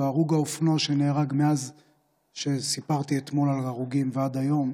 והרוג האופנוע שנהרג מאז שסיפרתי אתמול על ההרוגים ועד היום,